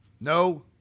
No